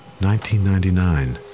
1999